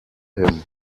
him